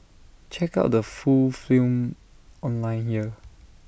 check out the full film online here